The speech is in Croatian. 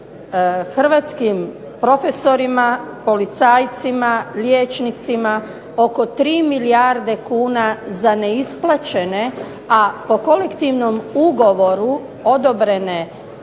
hrvatskim profesorima, policajcima, liječnicima oko 3 milijarde kuna za neisplaćene, a po kolektivnom ugovoru odobrene